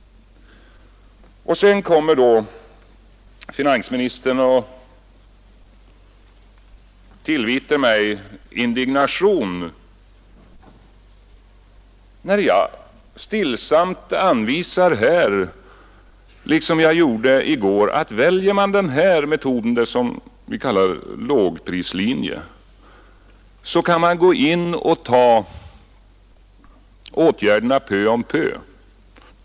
Sedan uppträder nu finansministern här och vänder sig mot mig med indignation, när jag stillsamt anvisar här, liksom jag gjort tidigare, att om man väljer den här metoden som vi kallar lågprislinjen, kan man vidta åtgärderna pö om pö.